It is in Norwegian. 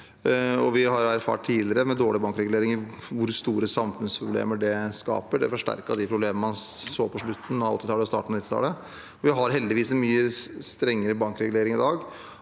vi har erfart tidligere, med dårlige bankreguleringer, hvor store samfunnsproblemer det skaper. Det forsterket de problemene man så på slutten av 1980-tallet og starten av 1990-tallet. Vi har heldigvis en mye strengere bankregulering i dag,